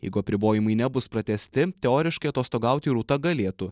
jeigu apribojimai nebus pratęsti teoriškai atostogauti rūta galėtų